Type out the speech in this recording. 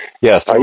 yes